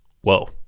Whoa